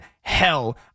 hell